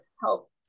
help